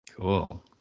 Cool